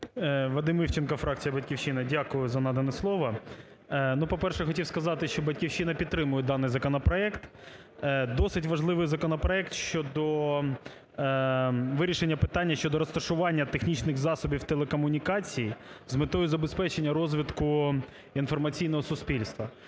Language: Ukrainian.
Вадим Івченко, фракція "Батьківщина". Дякую за надане слово. По-перше, хотів сказати, що "Батьківщина" підтримує даний законопроект, досить важливий законопроект щодо вирішення питання щодо розташування технічних засобів телекомунікацій з метою забезпечення розвитку інформаційного суспільства.